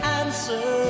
answer